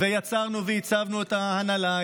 ויצרנו וייצבנו את ההנהלה.